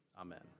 Amen